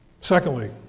Secondly